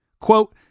Quote